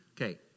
Okay